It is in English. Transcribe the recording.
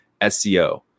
SEO